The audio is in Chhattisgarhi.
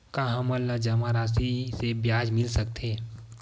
का हमन ला जमा राशि से ब्याज मिल सकथे?